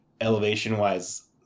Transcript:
elevation-wise